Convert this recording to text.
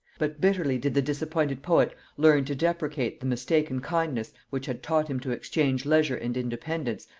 but bitterly did the disappointed poet learn to deprecate the mistaken kindness which had taught him to exchange leisure and independence,